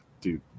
Dude